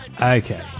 Okay